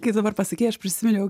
kai dabar pasakei aš prisiminiau